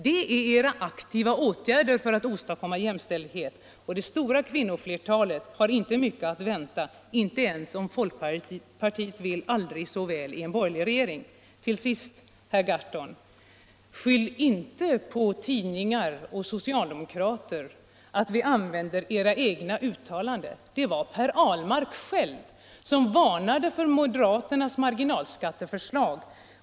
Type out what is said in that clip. Det är era aktiva åtgärder för att åstadkomma jämställdhet, och det stora kvinnoflertalet har inte mycket att vänta — hur väl folkpartiet än vill i den borgerliga regeringen. Till sist, herr Gahrton! Skyll inte på tidningar och socialdemokrater för att vi använder era cgna uttalanden. Det var Per Ahlmark själv som varnade för moderaternas marginalskatteförslag.